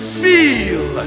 feel